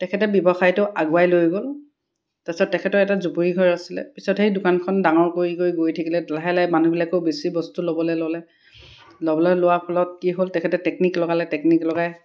তেখেতে ব্যৱসায়টো আগুৱাই লৈ গ'ল তাৰপিছত তেখেতৰ এটা জুপুৰি ঘৰ আছিলে পিছত সেই দোকানখন ডাঙৰ কৰি কৰি গৈ থাকিলে লাহে লাহে মানুহবিলাকেও বেছি বস্তু ল'বলৈ ল'লে ল'বলৈ লোৱাৰ ফলত কি হ'ল তেখেতে টেকনিক লগালে টেকনিক লগাই